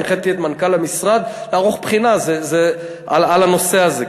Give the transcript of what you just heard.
הנחיתי את מנכ"ל המשרד לערוך בחינה של הנושא הזה.